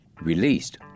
released